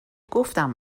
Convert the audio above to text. گفتم